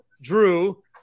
Drew